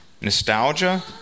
nostalgia